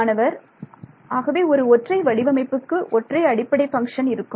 மாணவர் ஆகவே ஒரு ஒற்றை வடிவமைப்புக்கு ஒற்றை அடிப்படை பங்க்ஷன் இருக்கும்